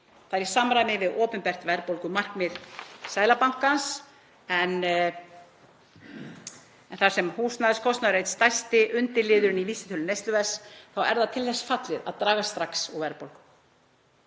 Það er í samræmi við opinbert verðbólgumarkmið en þar sem húsnæðiskostnaður er einn stærsti undirliðurinn í vísitölu neysluverðs er það til þess fallið að draga strax úr verðbólgu.